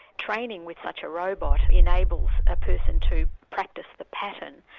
training with such a robot enables a person to practise the pattern,